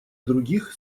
других